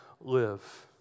live